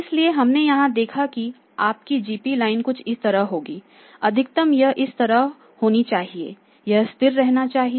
इसलिए हमने यहां देखा है कि आपकी जीपी लाइन कुछ इस तरह होगी अधिकतम यह इस तरह होना चाहिए यह स्थिर रहना चाहिए